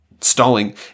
Stalling